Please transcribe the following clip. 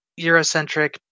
Eurocentric